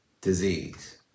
disease